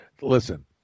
listen